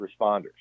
responders